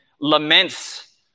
laments